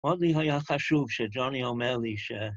עוד לי היה חשוב שג'וני אומר לי ש...